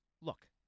look